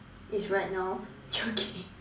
is right now joking